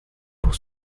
pour